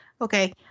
Okay